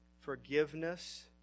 forgiveness